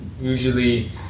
usually